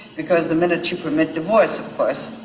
because the minute you permit divorce, of course,